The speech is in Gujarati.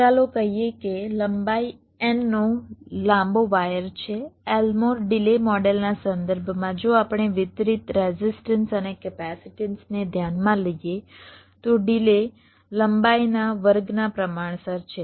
ચાલો કહીએ કે લંબાઈ n નો લાંબો વાયર છે એલ્મોર ડિલે મોડેલના સંદર્ભમાં જો આપણે વિતરિત રેઝિસ્ટન્સ અને કેપેસિટન્સને ધ્યાનમાં લઈએ તો ડિલે લંબાઈના વર્ગના પ્રમાણસર છે